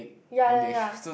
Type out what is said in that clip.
ya ya ya